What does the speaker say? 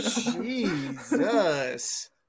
Jesus